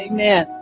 Amen